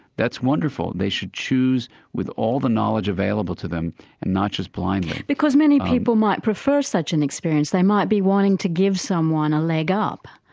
that's wonderful, they should choose with all the knowledge available to them and not just blindly. because many people might prefer such an experience, they might be wanting to give someone a leg up.